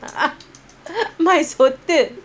ah my சொத்து:soththu